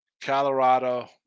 Colorado